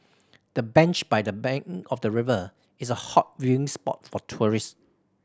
the bench by the bank of the river is a hot viewing spot for tourists